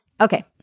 Okay